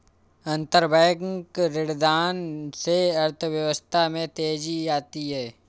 अंतरबैंक ऋणदान से अर्थव्यवस्था में तेजी आती है